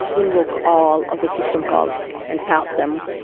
invoke all of the systems calls and pass them,